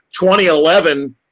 2011